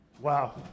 Wow